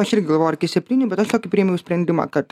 aš irgi galvojau ar iki septynių bet aš tokį priėmiau sprendimą kad